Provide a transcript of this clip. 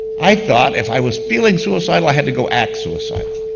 i thought if i was feeling suicidal, i had to go act suicidal.